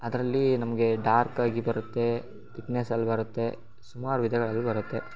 ಅದರಲ್ಲಿ ನಮಗೆ ಡಾರ್ಕಾಗಿ ಬರುತ್ತೆ ತಿಕ್ನೆಸ್ಸಲ್ಲಿ ಬರುತ್ತೆ ಸುಮಾರು ವಿಧಗಳಲ್ಲಿ ಬರುತ್ತೆ